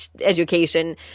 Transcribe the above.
education